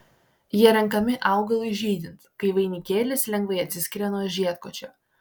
jie renkami augalui žydint kai vainikėlis lengvai atsiskiria nuo žiedkočio